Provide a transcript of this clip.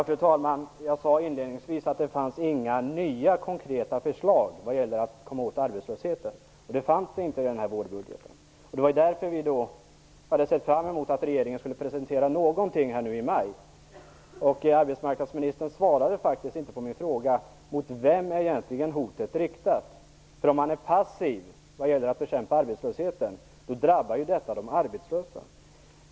Fru talman! Jag sade inledningsvis att det inte fanns några nya konkreta förslag vad gäller att komma åt arbetslösheten, och det fanns det inte i den här vårbudgeten. Det var därför vi hade sett fram emot att regeringen skulle presentera någonting nu i maj. Arbetsmarknadsministern svarade faktiskt inte på min fråga: Mot vem är egentligen hotet riktat? Om man är passiv vad gäller att bekämpa arbetslösheten drabbar ju detta de arbetslösa.